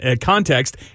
context